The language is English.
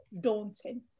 daunting